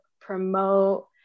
promote